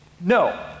No